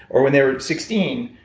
or when they were sixteen,